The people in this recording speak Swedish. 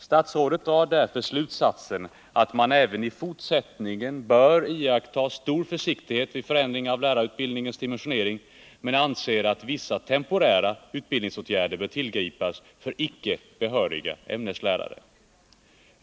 Statsrådet drar därför slutsatsen att man även i fortsättningen bör iaktta stor försiktighet vid förändringar av lärarutbildningens dimensionering, men anser att vissa temporära utbildningsåtgärder bör tillgripas för icke behöriga ämneslärare.